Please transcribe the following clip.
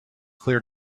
clear